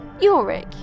Yorick